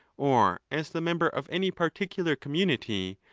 or as the member of any particular com munity,